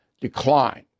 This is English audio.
decline